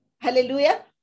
Hallelujah